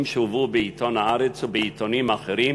שהובאו בעיתון "הארץ" ובעיתונים אחרים,